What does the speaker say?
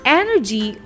energy